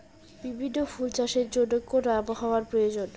বিভিন্ন ফুল চাষের জন্য কোন আবহাওয়ার প্রয়োজন?